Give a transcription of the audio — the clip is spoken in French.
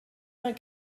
vingt